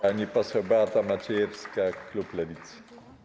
Pani poseł Beata Maciejewska, klub Lewicy.